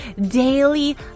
daily